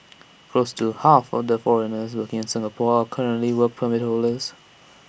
close to half order foreigners working in Singapore are currently Work Permit holders